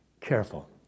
careful